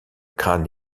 crâne